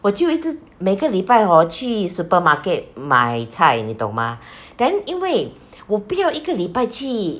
我就一直每个礼拜 hor 去 supermarket 买菜你懂吗 then 因为我不要一个礼拜去